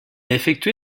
effectué